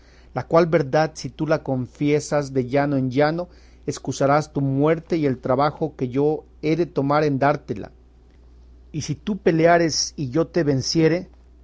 la cual verdad si tú la confiesas de llano en llano escusarás tu muerte y el trabajo que yo he de tomar en dártela y si tú peleares y yo te venciere